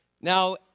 Now